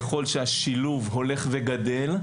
ככל שהשילוב הולך וגדל,